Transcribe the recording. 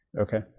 Okay